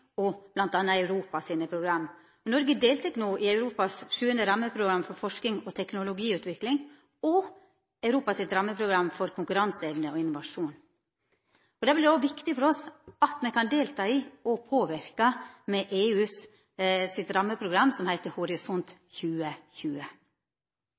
Europa sine program. Noreg deltek no i EUs sjuande rammeprogram for forsking og teknologiutvikling og EUs rammeprogram for konkurranseevne og innovasjon. Det er òg veldig viktig for oss at me kan delta i og påverka arbeidet med EUs rammeprogram, som heiter